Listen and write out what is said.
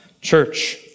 church